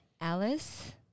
Alice